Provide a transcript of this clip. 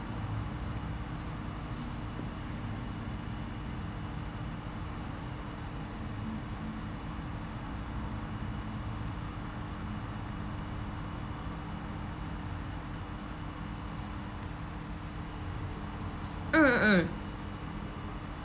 mm mm mm